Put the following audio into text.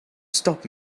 stop